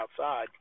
outside